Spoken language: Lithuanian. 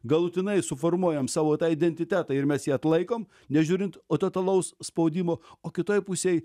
galutinai suformuojam savo tą identitetą ir mes jį atlaikom nežiūrint totalaus spaudimo o kitoj pusėj